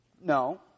No